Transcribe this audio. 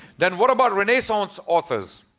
then what about renaissance authors?